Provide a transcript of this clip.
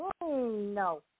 No